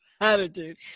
attitude